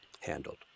handled